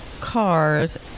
car's